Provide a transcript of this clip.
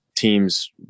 teams